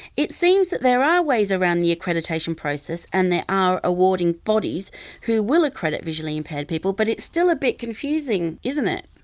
it seems that there are ways around the accreditation process and there are awarding bodies who will accredit visually impaired people but it's still a bit confusing, isn't it?